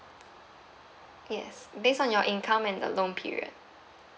yes based on your income and the loan period